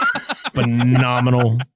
Phenomenal